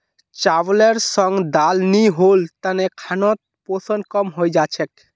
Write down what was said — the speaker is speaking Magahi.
चावलेर संग दाल नी होल तने खानोत पोषण कम हई जा छेक